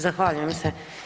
Zahvaljujem se.